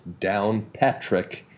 Downpatrick